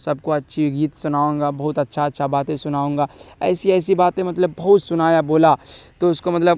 سب کو اچھی گیت سناؤں گا بہت اچھا اچھا باتیں سناؤں گا ایسی ایسی باتیں مطلب بہت سنایا بولا تو اس کو مطلب